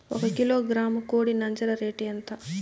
ఒక కిలోగ్రాము కోడి నంజర రేటు ఎంత?